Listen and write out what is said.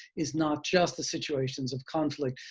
it's not just the situations of conflict,